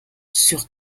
sur